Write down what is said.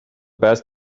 best